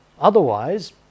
Otherwise